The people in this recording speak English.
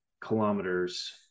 kilometers